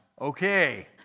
Okay